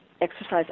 exercise